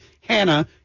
Hannah